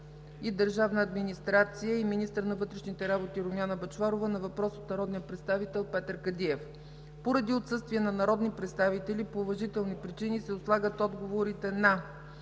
и държавна администрация и министър на вътрешните работи Румяна Бъчварова – на въпрос от народния представител Петър Кадиев. Поради отсъствие на народни представители по уважителни причини, се отлагат отговорите на: